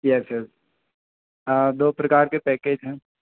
yes yes दो प्रकार के पैकेज हैं